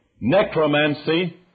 Necromancy